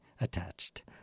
attached